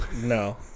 No